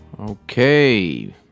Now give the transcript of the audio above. Okay